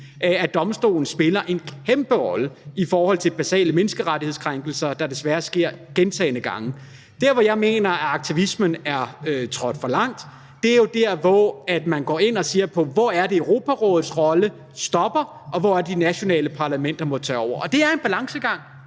at domstolen spiller en kæmpe rolle i forhold til basale menneskerettighedskrænkelser, der desværre sker gentagne gange. Der, hvor jeg mener, at aktivismen er trådt for langt, er jo der, hvor man går ind og ser på, hvor det er, Europarådets rolle stopper, og hvor det er, de nationale parlamenter må tage over. Det er en balancegang